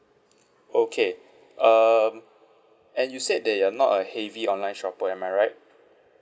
okay um and you said that you're not a heavy online shopper am I right